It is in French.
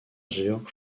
georg